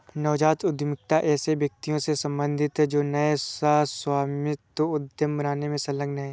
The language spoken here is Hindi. नवजात उद्यमिता ऐसे व्यक्तियों से सम्बंधित है जो नए सह स्वामित्व उद्यम बनाने में संलग्न हैं